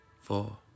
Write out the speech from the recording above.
four